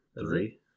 three